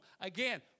Again